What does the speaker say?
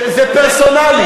אבל אני לא עושה את זה פרסונלי.